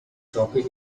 topic